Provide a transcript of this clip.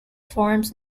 forms